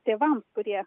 tėvams kurie